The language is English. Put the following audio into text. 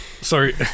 Sorry